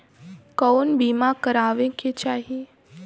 कउन बीमा करावें के चाही?